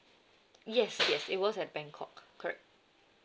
yes yes it was at bangkok correct